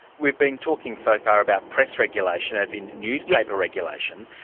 we've been talking so far about press regulation, as in newspaper regulation,